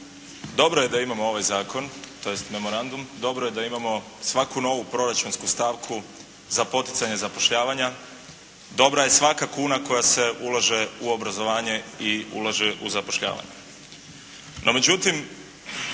Dobro je da imamo ovaj zakon tj. memorandum, dobro je da imamo svaku novu proračunsku stavku za poticanje zapošljavanja, dobra je svaka kuna koja se ulaže u obrazovanje i ulaže u zapošljavanje.